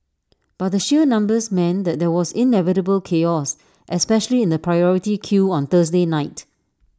but the sheer numbers meant that there was inevitable chaos especially in the priority queue on Thursday night